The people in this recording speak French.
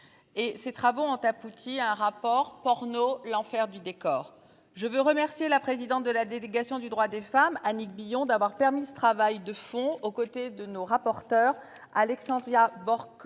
et ses travaux ont abouti à un rapport porno l'enfer du décor. Je veux remercier la présidente de la délégation du droit des femmes. Annick Billon d'avoir permis ce travail de fond aux côtés de nos rapporteurs Alexandria.